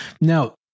Now